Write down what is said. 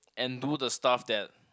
and do the stuff that